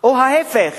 או ההיפך.